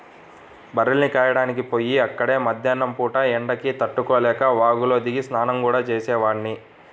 బర్రెల్ని కాయడానికి పొయ్యి అక్కడే మద్దేన్నం పూట ఎండకి తట్టుకోలేక వాగులో దిగి స్నానం గూడా చేసేవాడ్ని